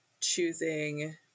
choosing